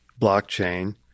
blockchain